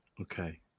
Okay